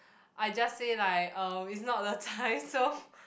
I just say like uh it's not the time so